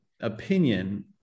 opinion